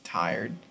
tired